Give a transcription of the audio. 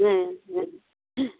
ᱦᱩᱸ ᱦᱩᱸ